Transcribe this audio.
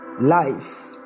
life